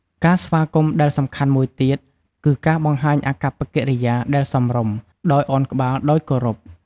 ការស្វាគមន៍ដែលសំខាន់មួយទៀត គឺការបង្ហាញអាកប្បកិរិយាដែលសមរម្យ ដោយឱនក្បាលដោយគោរព។